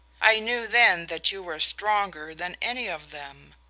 i knew then that you were stronger than any of them.